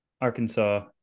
Arkansas